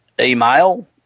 email